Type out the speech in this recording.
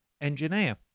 engineer